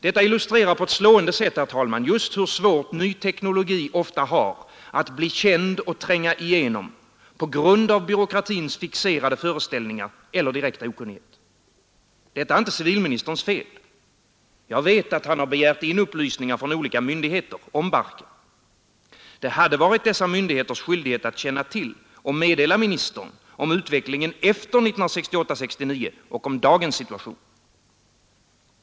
Detta illustrerar på ett slående sätt just hur svårt ny teknologi ofta har att bli känd och tränga igenom på grund av byråkratins fixerade föreställningar eller direkta okunnighet. Detta är inte civilministerns fel. Jag vet att han har begärt in upplysningar från olika myndigheter om barken. Det hade varit dessa myndigheters skyldighet att känna till och meddela ministern om utvecklingen efter 1968-1969 och om dagens situation.